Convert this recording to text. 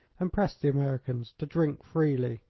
and pressed the americans to drink freely.